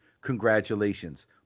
Congratulations